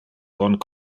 bon